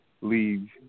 leave